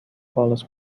bolas